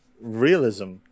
Realism